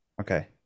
Okay